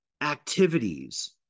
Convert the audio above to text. activities